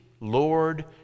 Lord